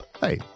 Hey